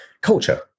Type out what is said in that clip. culture